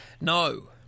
No